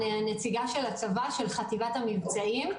אני הנציגה של הצבא של חטיבת המבצעים,